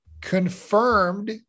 confirmed